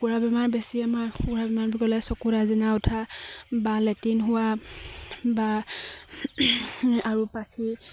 কুকুৰা বেমাৰ বেছি আমাৰ কুকুৰা বেমাৰ বুলি ক'লে চকুত আজিনা উঠা বা লেটিন হোৱা বা আৰু পাখি